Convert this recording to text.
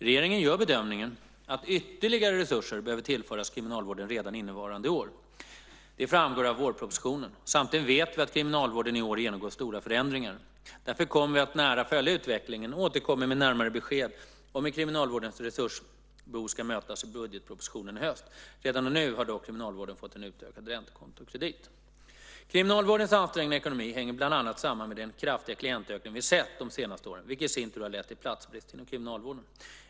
Regeringen gör bedömningen att ytterligare resurser behöver tillföras kriminalvården redan innevarande år. Det framgår av vårpropositionen. Samtidigt vet vi att kriminalvården i år genomgår stora förändringar. Därför kommer vi att nära följa utvecklingen och återkommer med närmare besked om hur kriminalvårdens resursbehov ska mötas i budgetpropositionen i höst. Redan nu har dock kriminalvården fått en utökad räntekontokredit. Kriminalvårdens ansträngda ekonomi hänger bland annat samman med den kraftiga klientökning vi sett de senaste åren, vilken i sin tur har lett till platsbrist inom kriminalvården.